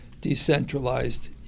decentralized